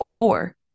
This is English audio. Four